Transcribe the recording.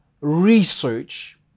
research